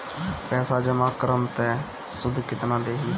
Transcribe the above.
पैसा जमा करम त शुध कितना देही?